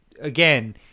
again